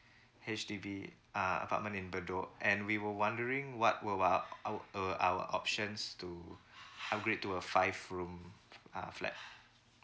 H_D_B uh apartment in bedok and we were wondering what will our uh our our options to upgrade to a five room uh flat